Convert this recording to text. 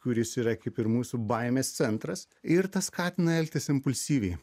kuris yra kaip ir mūsų baimės centras ir tas skatina elgtis impulsyviai